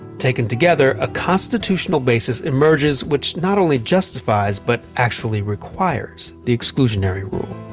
taken together, a constitutional basis emerges which not only justifies but actually requires the exclusionary rule.